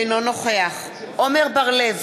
אינו נוכח עמר בר-לב,